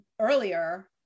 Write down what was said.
earlier